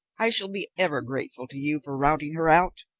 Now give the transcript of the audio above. i shall be ever grateful to you for routing her out.